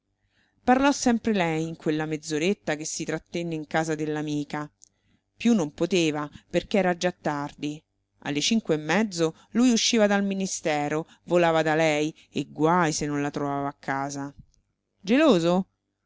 parlò sempre lei in quella mezz'oretta che si trattenne in casa dell'amica più non poteva perché era già tardi alle cinque e mezzo lui usciva dal ministero volava da lei e guai se non la trovava a casa geloso